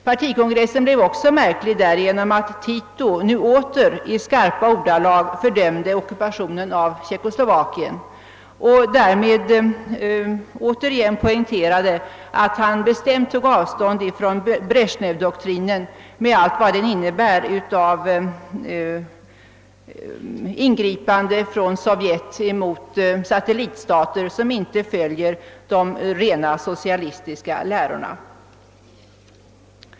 Partikongressen blev också märklig därigenom att Tito åter i skarpa ordalag fördömde ockupationen av Tjeckoslovakien och därmed återigen poängterade, att han bestämt tar avstånd från Brezjnevdoktrinen med allt vad den innebär av ingripande från Sovjet mot satellitstater som inte följer de rena socialistiska lärorna.